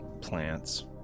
plants